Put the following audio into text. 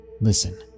Listen